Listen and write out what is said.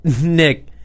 Nick